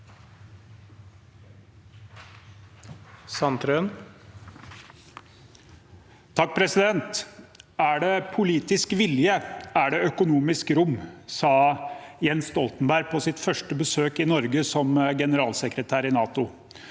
«Er det poli- tisk vilje, er det økonomisk rom», sa Jens Stoltenberg på sitt første besøk i Norge som generalsekretær i NATO.